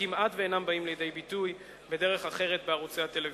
כמעט שאינם באים לידי ביטוי בדרך אחרת בערוצי הטלוויזיה.